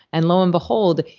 and lo and behold,